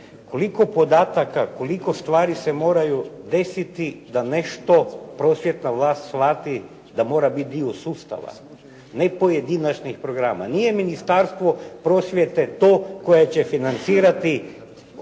Koliko podataka, koliko stvari se moraju desiti da nešto prosvjetna vlast shvati da mora biti dio sustava, ne pojedinačnih programa? Nije Ministarstvo prosvjete to koje će financirati